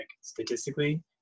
statistically